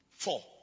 Four